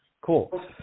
Cool